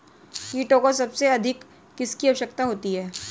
कीटों को सबसे अधिक किसकी आवश्यकता होती है?